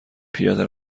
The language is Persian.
پیاده